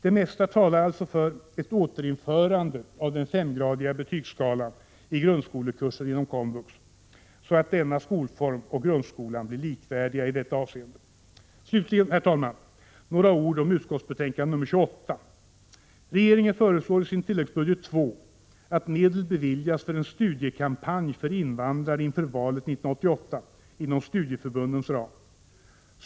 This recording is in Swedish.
Det mesta talar alltså för ett återinförande av den femgradiga betygsskalan i grundskolekurser inom komvux, så att denna skolform och grundskolan blir likvärdiga i detta avseende. Slutligen, herr talman, några ord om utskottsbetänkande nr 28. Regeringen föreslår i sin tilläggsbudget II att medel beviljas för en studiekampanj för invandrare inför valet 1988 inom studieförbundens ram.